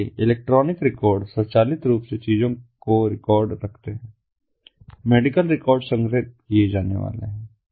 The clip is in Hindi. इसलिए इलेक्ट्रॉनिक रिकॉर्ड स्वचालित रूप से चीजों को रिकॉर्ड रखते हैं मेडिकल रिकॉर्ड संग्रहीत किए जाने वाले हैं